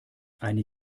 eine